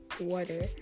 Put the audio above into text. water